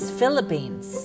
Philippines